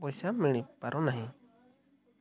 ପଇସା ମିଳିପାରୁନାହିଁ